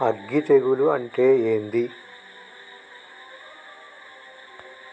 అగ్గి తెగులు అంటే ఏంది?